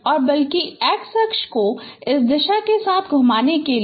और बल्कि एक्स अक्ष को इस दिशा के साथ घुमाने के लिए